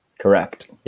Correct